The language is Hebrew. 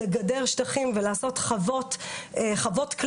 לגדר שטחים ולעשות חוות כלבים,